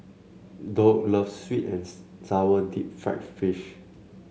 Doug loves sweet and sour Deep Fried Fish